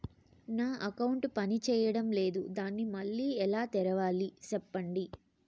నా అకౌంట్ పనిచేయడం లేదు, దాన్ని మళ్ళీ ఎలా తెరవాలి? సెప్పండి